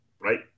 right